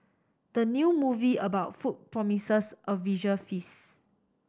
the new movie about food promises a visual feast